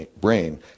brain